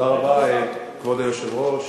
כבוד היושב-ראש,